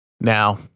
Now